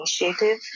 initiative